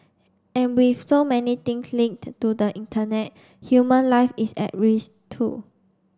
and with so many things linked to the Internet human life is at risk too